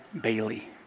Bailey